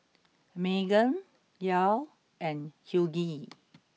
Meghann Yael and Hughie